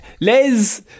Les